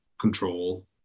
control